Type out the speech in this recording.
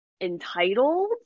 entitled